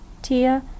tia